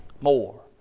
more